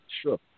Sure